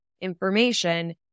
information